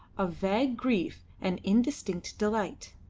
of vague grief and indistinct delight.